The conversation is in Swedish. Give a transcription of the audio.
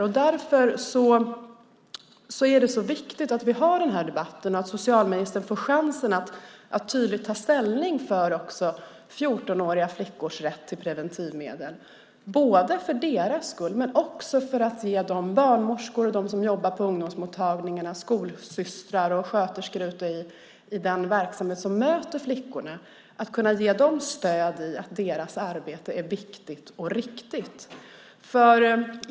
Det är därför som det är så viktigt att vi har den här debatten och att socialministern får chansen att tydligt ta ställning för 14-åriga flickors rätt till preventivmedel. Det är både för deras skull men också för att kunna ge de barnmorskor och dem som jobbar på ungdomsmottagningarna, skolsystrar och sköterskor i den verksamhet som möter flickorna, stöd i att deras arbete är viktigt och riktigt.